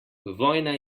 vojna